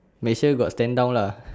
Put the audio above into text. make sure got stand down lah